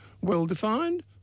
well-defined